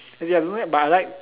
as in I don't know leh but I like